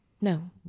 No